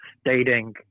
stating